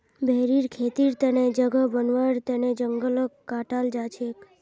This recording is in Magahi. भेरीर खेतीर तने जगह बनव्वार तन जंगलक काटाल जा छेक